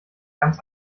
ganz